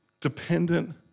dependent